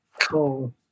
Cool